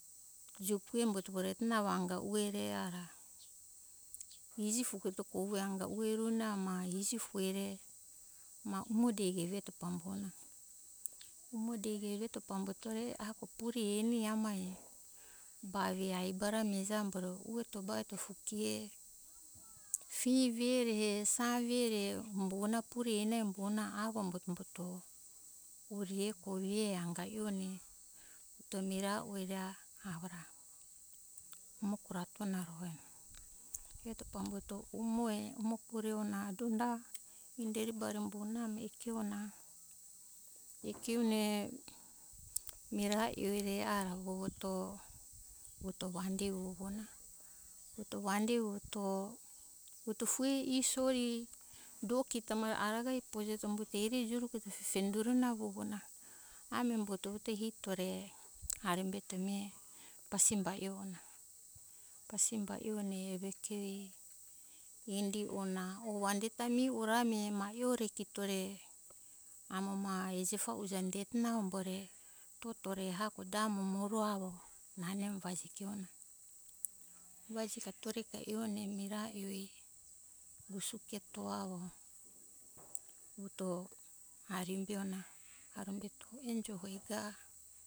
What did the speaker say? Juku embo to vureto na anga ue re ara iji fuketo kogue ang aue erona ma iji fuere ma umo degi veto pambona umo degi eveto pambutore ahako pure eni amai ba ve araga ra mihija mo ambara ue to fue kie fi ve re, sa ve re hombo ona pure eni umbona avo ombuto pure kovie anga ione to mirae ue ra avo ra avo atona roe to pambuto umo. umo kure ona donda inderi bari umbona mi kiona ie kione mirae ue re avo puvuto vande vovo na vuto vande vuto fue ie sori do kito mo aragai pojeto umbuto erie juruketo sesende na avo vovo na ami umbuto vuto hito re arumbeto mihe pasimba e ona pasimba ione ie keri indi ona o vande ta mihi ora mi ma hiore kito re amo ma ejetefa ue eto na ambore toto re hako da momoru avo nane umbari kio na vajika tore ione mirae ue re gusuketo avo vuto harimbe ona arumbeto enjo hoi ga